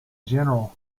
general